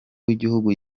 w’igihugu